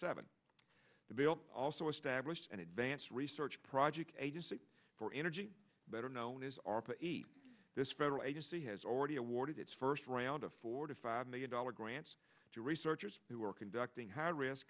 seven the bill also established an advanced research projects agency for energy better known as r p this federal agency has already awarded its first round of four to five million dollars grants to raise searchers who are conducting high risk